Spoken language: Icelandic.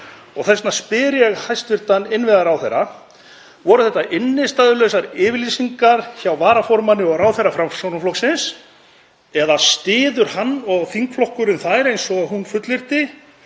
vegna spyr ég hæstv. innviðaráðherra: Voru þetta innstæðulausar yfirlýsingar hjá varaformanni og ráðherra Framsóknarflokksins eða styður hann og þingflokkurinn þær eins og hún fullyrti?